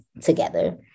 together